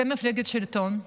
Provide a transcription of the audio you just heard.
אתם מפלגת שלטון,